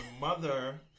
mother